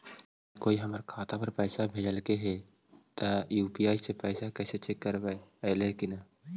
अगर कोइ हमर खाता पर पैसा भेजलके हे त यु.पी.आई से पैसबा कैसे चेक करबइ ऐले हे कि न?